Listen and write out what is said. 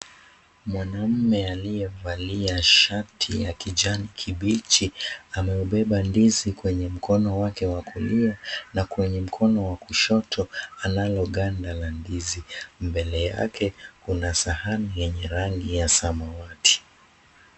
Mwanaume aliyevalia shati ya kijani kibichi amebeba ndizi kwenye mkono wake wa kulia na kwenye mkono wa kushoto analo ganda la ndizi. Mbele yake kuna sahani yenye rangi ya samawati.